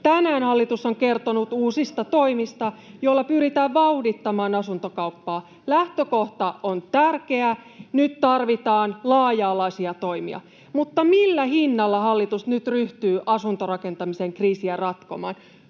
Tänään hallitus on kertonut uusista toimista, joilla pyritään vauhdittamaan asuntokauppaa. Lähtökohta on tärkeä, nyt tarvitaan laaja-alaisia toimia. Mutta millä hinnalla hallitus nyt ryhtyy asuntorakentamisen kriisiä ratkomaan?